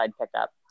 pickup